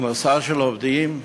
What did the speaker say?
פרנסה של עובדים,